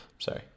Sorry